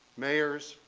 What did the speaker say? mayors,